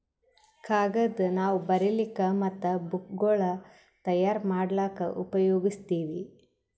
ಕಾಗದ್ ನಾವ್ ಬರಿಲಿಕ್ ಮತ್ತ್ ಬುಕ್ಗೋಳ್ ತಯಾರ್ ಮಾಡ್ಲಾಕ್ಕ್ ಉಪಯೋಗಸ್ತೀವ್